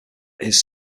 his